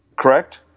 Correct